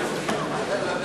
הכנסת, נא לשבת.